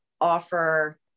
offer